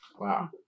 Wow